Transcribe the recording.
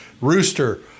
Rooster